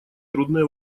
трудные